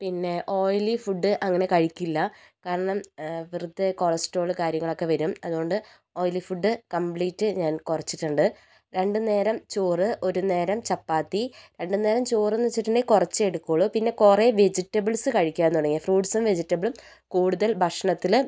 പിന്നെ oily food അങ്ങനെ കഴിക്കില്ല കാരണം വെറുതെ കൊളസ്ട്രോള് കാര്യങ്ങളൊക്കെ വരും അതുകൊണ്ട് ഓയിലി ഫുഡ് കംപ്ലീറ്റ് ഞാൻ കുറച്ചിട്ടുണ്ട് രണ്ട് നേരം ചോറ് ഒരു നേരം ചപ്പാത്തി രണ്ട് നേരം ചോറെന്ന് വച്ചിട്ടുണ്ടെങ്കിൽ കുറച്ചേ എടുക്കുകയുള്ളു പിന്നെ കുറെ വെജിറ്റബിൾസ് കഴിക്കാൻ തുടങ്ങി ഫ്രൂട്ട്സും വെജിറ്റബിളും കൂടുതൽ ഭക്ഷണത്തിൽ